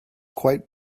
quite